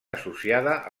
associada